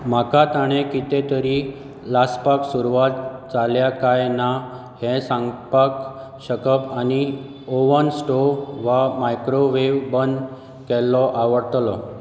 म्हाका ताणें कितें तरी लासपाक सुरवात जाल्या काय ना हें सांगपाक शकप आनी ओव्हन स्टोव्ह वा मायक्रोवेव्ह बंद केल्लो आवडटलें